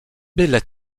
byle